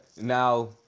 now